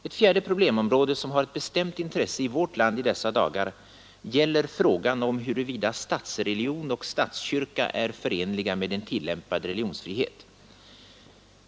Ett fjärde problemområde som har ett bestämt intresse i vårt land i dessa dagar gäller frågan om huruvida statsreligion och statskyrka är förenliga med en tillämpad religionsfrihet.